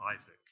Isaac